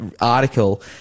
article